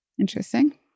Interesting